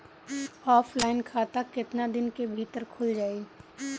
Offline खाता केतना दिन के भीतर खुल जाई?